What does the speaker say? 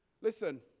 Listen